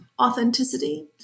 authenticity